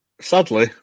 sadly